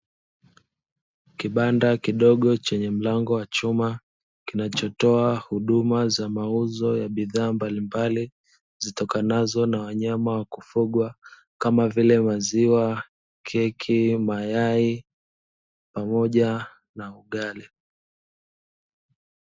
Kibanda kidogo chenye mlango wa chuma kinachotoa huduma za mauzo ya bidhaa mbalimbali, zitokanazo na wanyama wa kufugwa kama vile maziwa, keki, mayai pamoja na ugali.